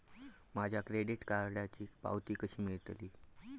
माझ्या क्रेडीट कार्डची पावती कशी मिळतली?